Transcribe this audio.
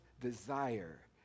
desire